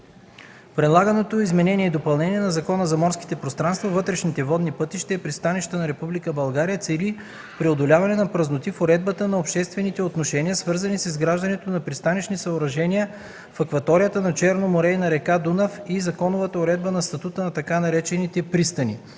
Предлаганото изменение и допълнение на Закона за морските пространства, вътрешните водни пътища и пристанищата на Република България цели преодоляване на празноти в уредбата на обществените отношения, свързани с изграждането на пристанищни съоръжения в акваторията на Черно море и на река Дунав и законовата уредба на статута на така наречените „пристани”.